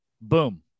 boom